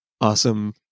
awesome